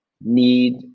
Need